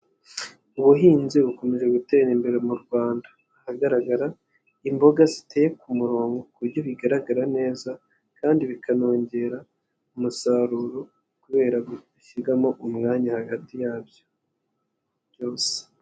Ubuhinzi bukomeje gutera imbere mu Rwanda, ahagaragara imboga ziteye ku murongo ku buryo bigaragara neza kandi bikanongera umusaruro kubera gushyiramo umwanya hagati yabyo byose.